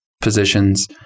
positions